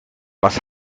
was